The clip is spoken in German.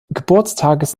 geburtstages